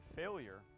failure